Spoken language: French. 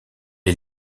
est